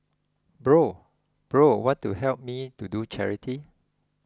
bro bro want to help me to do charity